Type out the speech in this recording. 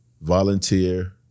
volunteer